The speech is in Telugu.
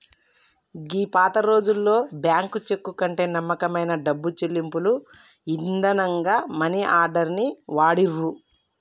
గీ పాతరోజుల్లో బ్యాంకు చెక్కు కంటే నమ్మకమైన డబ్బు చెల్లింపుల ఇదానంగా మనీ ఆర్డర్ ని వాడిర్రు